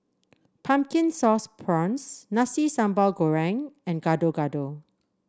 Pumpkin Sauce Prawns Nasi Sambal Goreng and Gado Gado